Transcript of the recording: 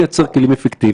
מה לגבי הסיפה?